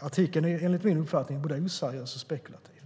Artikeln är enligt min uppfattning både oseriös och spekulativ.